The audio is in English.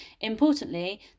Importantly